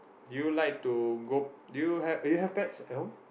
do you like to go do you have do you have pets at home